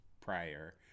prior